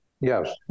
Yes